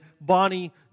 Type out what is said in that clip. Bonnie